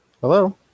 Hello